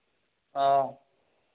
हँ